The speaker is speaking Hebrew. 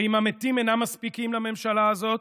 ואם המתים אינם מספיקים לממשלה הזאת,